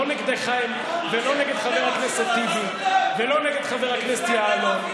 לא נגדכם ולא נגד חבר הכנסת טיבי ולא נגד חבר הכנסת יעלון.